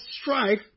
strife